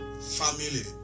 family